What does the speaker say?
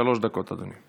שלוש דקות, אדוני.